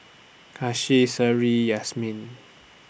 Khalish Seri Yasmin